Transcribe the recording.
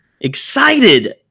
excited